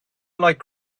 like